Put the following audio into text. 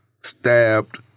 stabbed